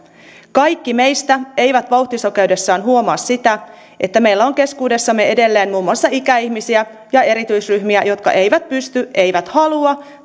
kaikki meistä eivät vauhtisokeudessaan huomaa sitä että meillä on keskuudessamme edelleen muun muassa ikäihmisiä ja erityisryhmiä jotka eivät pysty eivät halua